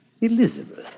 Elizabeth